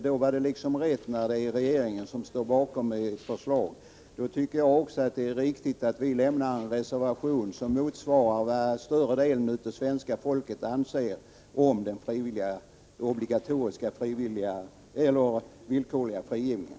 Då var det rätt, när regeringen stod bakom förslaget, och då tycker jag att det också är riktigt att vi lämnar en reservation som motsvarar vad större delen av svenska folket anser om den obligatoriska villkorliga frigivningen.